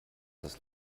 das